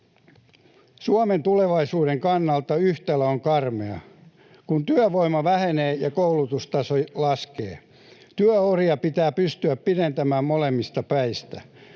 Suomen tulevaisuuden kannalta yhtälö on karmea, kun työvoima vähenee ja koulutustaso laskee. Työuria pitää pystyä pidentämään molemmista päistä.